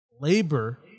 labor